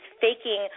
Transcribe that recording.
faking